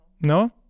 No